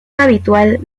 habitual